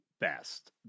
best